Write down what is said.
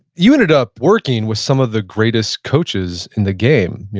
you ended up working with some of the greatest coaches in the game.